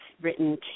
written